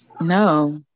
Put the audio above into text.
No